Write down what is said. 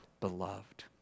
beloved